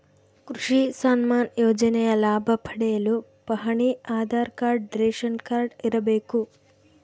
ಕೃಷಿ ಸನ್ಮಾನ್ ಯೋಜನೆಯ ಲಾಭ ಪಡೆಯಲು ಪಹಣಿ ಆಧಾರ್ ಕಾರ್ಡ್ ರೇಷನ್ ಕಾರ್ಡ್ ಇರಬೇಕು